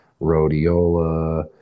rhodiola